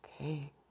Okay